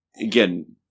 again